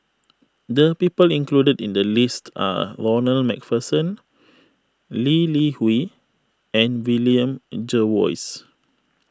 the people included in the list are Ronald MacPherson Lee Li Hui and William Jervois